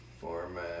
format